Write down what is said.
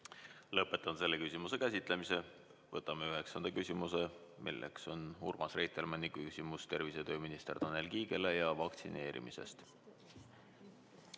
Lõpetan selle küsimuse käsitlemise. Võtame üheksanda küsimuse. See on Urmas Reitelmanni küsimus tervise- ja tööminister Tanel Kiigele vaktsineerimise